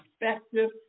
effective